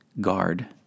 guard